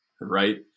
Right